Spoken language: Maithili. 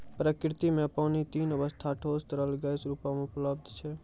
प्रकृति म पानी तीन अबस्था ठोस, तरल, गैस रूपो म उपलब्ध छै